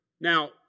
Now